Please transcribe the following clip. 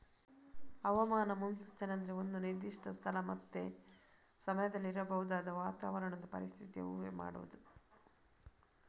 ಹವಾಮಾನ ಮುನ್ಸೂಚನೆ ಅಂದ್ರೆ ಒಂದು ನಿರ್ದಿಷ್ಟ ಸ್ಥಳ ಮತ್ತೆ ಸಮಯದಲ್ಲಿ ಇರಬಹುದಾದ ವಾತಾವರಣದ ಪರಿಸ್ಥಿತಿಯ ಊಹೆ ಮಾಡುದು